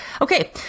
Okay